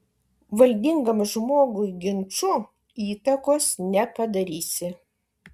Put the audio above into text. valdingam žmogui ginču įtakos nepadarysi